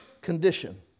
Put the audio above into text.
condition